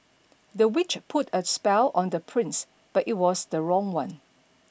the witch put a spell on the prince but it was the wrong one